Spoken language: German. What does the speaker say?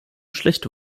schlechte